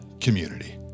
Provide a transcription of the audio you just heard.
community